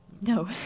No